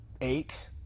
eight